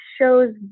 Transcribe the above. shows